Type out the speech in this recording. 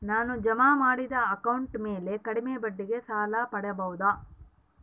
ನಾನು ಜಮಾ ಮಾಡಿದ ಅಕೌಂಟ್ ಮ್ಯಾಲೆ ಕಡಿಮೆ ಬಡ್ಡಿಗೆ ಸಾಲ ಪಡೇಬೋದಾ?